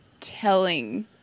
telling